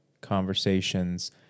conversations